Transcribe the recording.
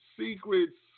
secrets